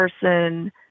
person